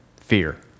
fear